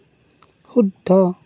শুদ্ধ